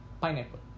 Pineapple